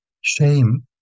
Shame